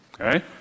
okay